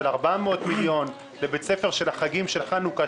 של 400 מיליון לבית ספר של החגים של חנוכה,